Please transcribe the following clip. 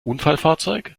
unfallfahrzeug